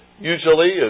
Usually